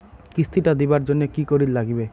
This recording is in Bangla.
কিস্তি টা দিবার জন্যে কি করির লাগিবে?